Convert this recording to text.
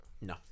No